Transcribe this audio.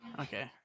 Okay